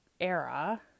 era